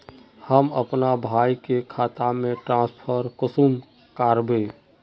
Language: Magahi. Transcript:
हम अपना भाई के खाता में ट्रांसफर कुंसम कारबे?